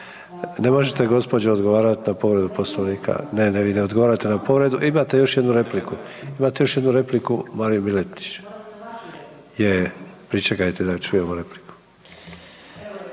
Ne možete, gospođo, odgovarati na povredu Poslovnika. Ne, ne, vi ne odgovarate na povredu, imate još jednu repliku. Imate još jednu repliku, Marin Miletić. .../Upadica se ne čuje./...